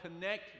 Connect